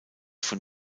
von